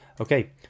Okay